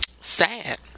sad